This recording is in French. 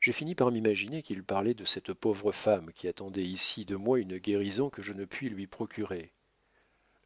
j'ai fini par m'imaginer qu'il parlait de cette pauvre femme qui attendait ici de moi une guérison que je ne puis lui procurer